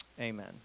Amen